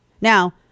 Now